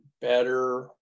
better